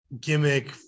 gimmick